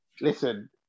listen